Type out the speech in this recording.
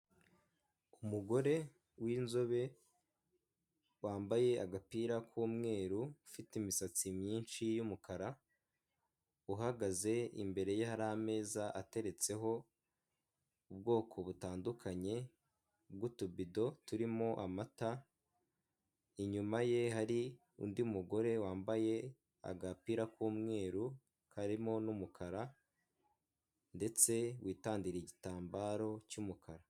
Umugore w'inzobe wambaye agapira k'umweru ufite imisatsi myinshi y'umukara, uhagaze imbere ye hari ameza ateretseho ubwoko butandukanye bw'utubido turimo amata, inyuma ye hari undi mugore wambaye agapira k'umweru karimo n'umukara, ndetse witandiriye igitambaro cy'umukara.